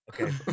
okay